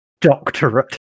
doctorate